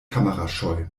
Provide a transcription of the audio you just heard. kamerascheu